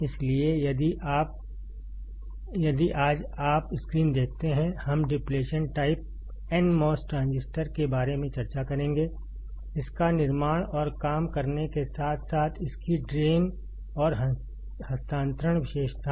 इसलिए यदि आज आप स्क्रीन देखते हैं हम डिप्लेशन टाइप nmos ट्रांजिस्टर के बारे में चर्चा करेंगे इसका निर्माण और काम करने के साथ साथ इसकी ड्रेन और हस्तांतरण विशेषताएँ